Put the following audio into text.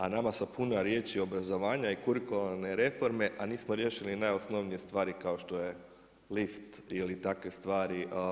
A nama su pune riječi obrazovanja i kurikularne reforme a nismo riješili najosnovnije stvari, kao što je lift ili takve stvari.